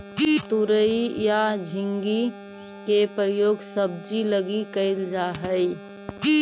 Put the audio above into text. तुरई या झींगा के प्रयोग सब्जी लगी कैल जा हइ